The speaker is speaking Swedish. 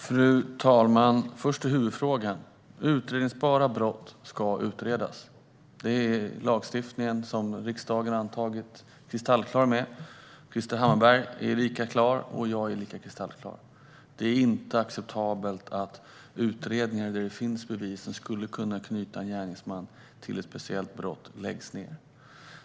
Fru talman! Först till huvudfrågan: Utredningsbara brott ska utredas. Det är lagstiftningen som riksdagen antagit kristallklar med. Krister Hammarbergh är lika klar, och jag är lika kristallklar. Det är inte acceptabelt att utredningar där det finns bevis som skulle kunna knyta en gärningsman till ett speciellt brott läggs ned.